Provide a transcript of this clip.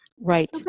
Right